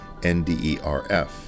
NDERF